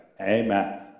Amen